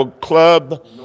Club